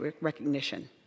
recognition